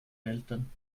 eltern